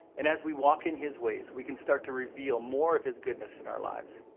and as we walk in his ways, we can start to reveal more of his goodness in our lives.